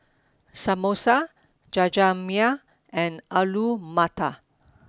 Samosa Jajangmyeon and Alu Matar